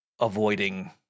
avoiding